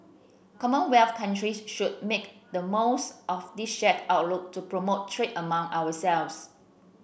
commonwealth countries should make the most of this shared outlook to promote trade among ourselves